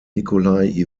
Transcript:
nikolai